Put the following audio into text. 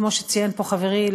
כמו שציין פה חברי,